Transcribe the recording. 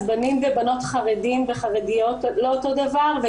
בנים ובנות חרדים וחרדיות לא אותו דבר,